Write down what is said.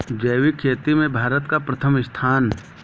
जैविक खेती में भारत का प्रथम स्थान